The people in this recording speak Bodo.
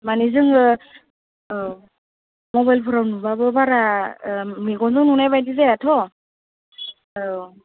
मानि जोङो औ मबाइलफ्राव नुबाबो बारा मेगनजों नुनायबायदि जायाथ' औ